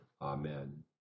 Amen